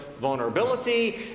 vulnerability